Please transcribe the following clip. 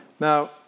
Now